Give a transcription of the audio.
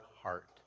heart